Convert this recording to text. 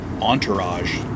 Entourage